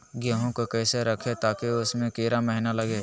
गेंहू को कैसे रखे ताकि उसमे कीड़ा महिना लगे?